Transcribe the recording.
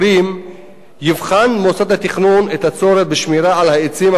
יבחן מוסד התכנון את הצורך בשמירה על העצים הבוגרים